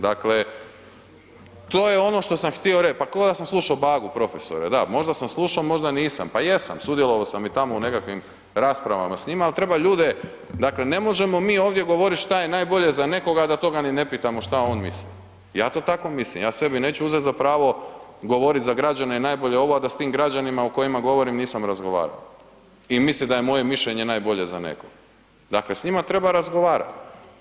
Dakle, to je ono što sam htio reć, pa koda sam slušo Bagu profesore, da možda sam slušo, možda nisam, pa jesam, sudjelovao sam i tamo u nekakvim raspravama s njima, al treba ljude, dakle ne možemo mi ovdje govorit šta je najbolje za nekoga, a da toga ni ne pitamo šta on misli, ja to tako mislim, ja sebi neću uzet za pravo govorit za građane je najbolje ovo, a da s tim građanima o kojima govorim, nisam razgovarao i mislit da je moje mišljenje najbolje za nekog, dakle s njima treba razgovarat.